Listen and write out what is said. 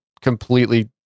completely